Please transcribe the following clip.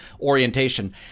orientation